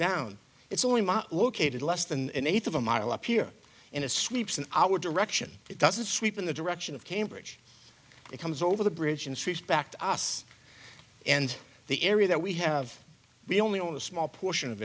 down it's only my located less than an eighth of a mile up here in a sweeps in our direction it doesn't sweep in the direction of cambridge it comes over the bridge and back to us and the area that we have we only want a small portion of